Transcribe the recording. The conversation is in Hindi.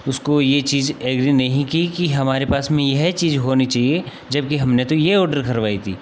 उसको यह चीज़ एग्री नहीं की कि हमारे पास में यह चीज़ होनी चाहिए जबकि हमने तो यह ऑर्डर करवाई थी